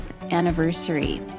anniversary